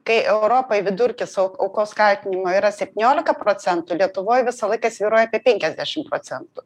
kai europoj vidurkis aukos kaltinimo yra septyniolika procentų lietuvoj visą laiką svyruoja apie penkiasdešim procentų